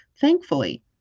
thankfully